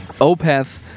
Opeth